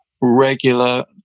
regular